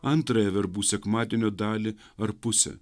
antrąją verbų sekmadienio dalį ar pusę